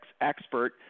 EXPERT